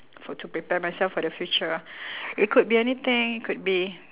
for to prepare myself for the future ah it could be anything could be